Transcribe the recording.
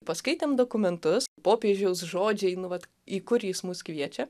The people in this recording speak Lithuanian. paskaitėm dokumentus popiežiaus žodžiai nu vat į kur jis mus kviečia